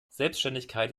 selbständigkeit